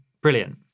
Brilliant